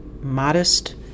Modest